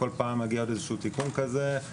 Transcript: כל פעם מגיע עוד איזשהו תיקון כזה,